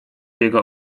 jego